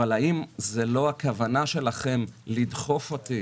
אבל האם זה לא הכוונה שלכם לדחוף אותי